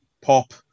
pop